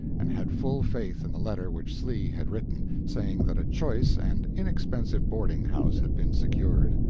and had full faith in the letter which slee had written, saying that a choice and inexpensive boarding-house had been secured.